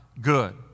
good